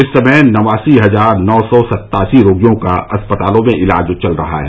इस समय नवासी हजार नौ सौ सत्तासी रोगियों का अस्पतालों में इलाज चल रहा है